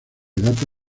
data